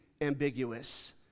ambiguous